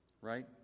Right